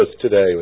today